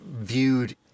viewed